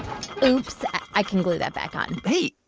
oops. i can glue that back on hey,